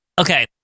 okay